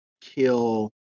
kill